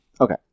Okay